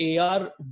AR